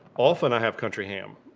often i have country ham,